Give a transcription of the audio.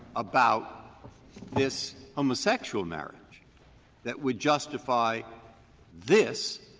about this homosexual marriage that would justify this,